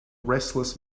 restless